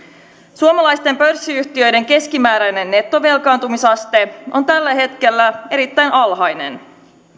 suomalaisten pörssiyhtiöiden keskimääräinen nettovelkaantumisaste on tällä hetkellä erittäin alhainen